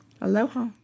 Aloha